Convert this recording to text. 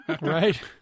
Right